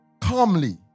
calmly